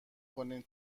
کنیم